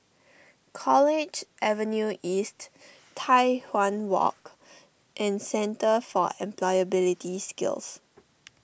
College Avenue East Tai Hwan Walk and Centre for Employability Skills